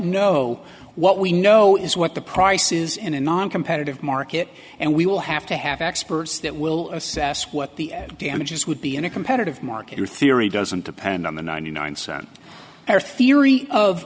know what we know is what the price is in a noncompetitive market and we will have to have experts that will assess what the damages would be in a competitive market or theory doesn't depend on the ninety nine cent or theory of